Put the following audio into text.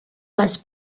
les